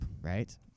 right